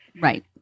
Right